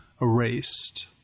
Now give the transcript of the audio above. erased